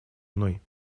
мной